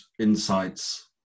insights